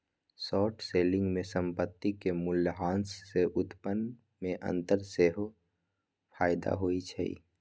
short selling में संपत्ति के मूल्यह्रास से उत्पन्न में अंतर सेहेय फयदा होइ छइ